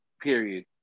Period